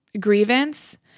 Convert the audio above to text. grievance